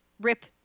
rip